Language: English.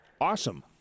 Awesome